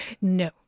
No